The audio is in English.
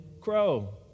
Crow